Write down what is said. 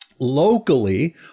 locally